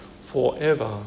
forever